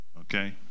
okay